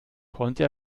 konnte